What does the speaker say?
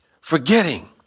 Forgetting